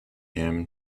him